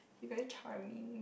he very charming